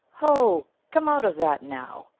ho! come out of that now,